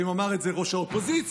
האם אמר את זה ראש האופוזיציה?